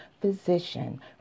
physician